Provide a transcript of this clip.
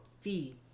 fee